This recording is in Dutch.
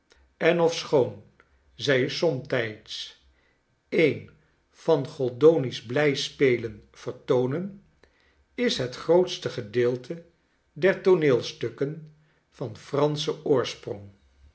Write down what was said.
en ofschoon zij somtijds een van goldoni's blrjspelen vertoonen is het grootste gdeelte der tooneelstukken van franschen oorsprong